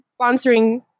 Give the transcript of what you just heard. sponsoring